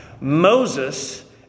Moses